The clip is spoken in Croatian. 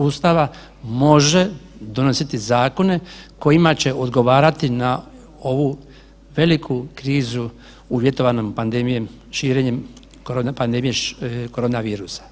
Ustava može donositi zakone kojima će odgovarati na ovu veliku krizu uvjetovanu pandemijom, širenjem pandemije korona virusa.